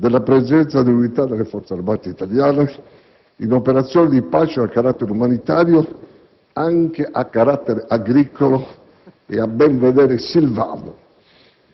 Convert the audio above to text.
della presenza di unità delle Forze armate italiane in operazione di pace a carattere umanitario, anche a indirizzo agricolo e, a ben vedere, silvano